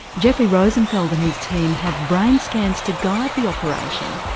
jeffrey rosenfeld and his team have brain scans to guide the operation,